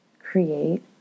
create